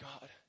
God